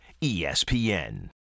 ESPN